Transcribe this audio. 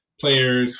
players